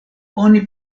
oni